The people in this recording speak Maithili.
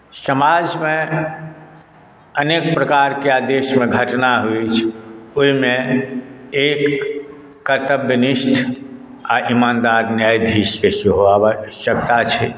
समाजमे अनेक प्रकारके या देशमे घटना अछि ओहिमे एक कर्तव्यनिष्ठ आ ईमानदार न्यायधीशके सेहो आवश्यकता छै